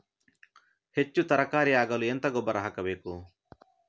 ಹೆಚ್ಚು ತರಕಾರಿ ಆಗಲು ಎಂತ ಗೊಬ್ಬರ ಹಾಕಬೇಕು?